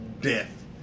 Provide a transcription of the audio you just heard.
death